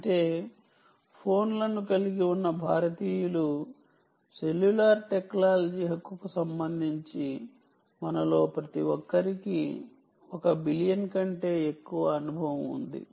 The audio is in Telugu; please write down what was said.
అంటే ఫోన్లను కలిగి ఉన్న భారతీయులు సెల్యులార్ టెక్నాలజీ హక్కుకు సంబంధించి మనలో ప్రతి ఒక్కరికీ ఒక బిలియన్ కంటే ఎక్కువ అనుభవం ఉంది